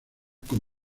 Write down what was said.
con